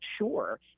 Sure